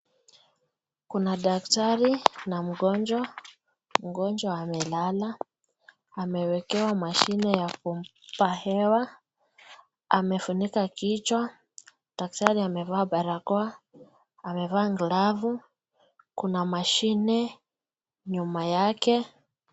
Kuna daktari na mgonjwa. Mgonjwa amelala, amewekewa mashini ya kumpa hewa. Amefunika kichwa. Daktari amevaa barakoa, amevaa glavu. Kuna mashine nyuma yake.